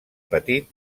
petit